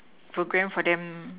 program for them